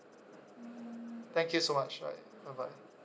thank you so much bye bye bye